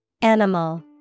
Animal